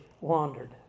wandered